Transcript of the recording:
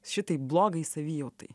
šitai blogai savijautai